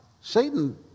Satan